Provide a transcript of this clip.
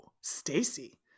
Stacy